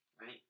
right